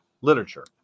literature